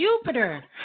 Jupiter